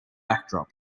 backdrop